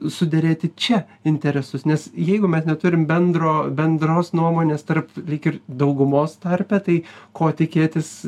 suderėti čia interesus nes jeigu mes neturim bendro bendros nuomonės tarp lyg ir daugumos tarpe tai ko tikėtis